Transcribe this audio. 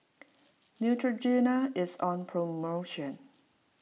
Neutrogena is on promotion